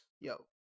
yo